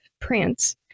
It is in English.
prince